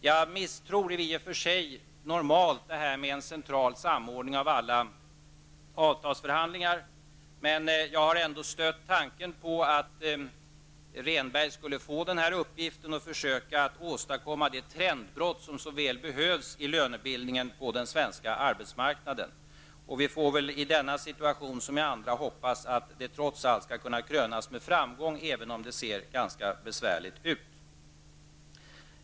Jag misstror i och för sig normalt en central samordning av alla avtalsförhandlingar, men jag har ändå stött tanken på att Rehnberg skulle få denna uppgift och försöka åstadkomma det trendbrott i lönebildningen som så väl behövs på den svenska arbetsmarknaden. Vi får väl i denna situation liksom i andra hoppas att arbetet trots allt skall kunna krönas med framgång, även om det ser ganska besvärligt ut.